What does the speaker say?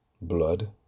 blood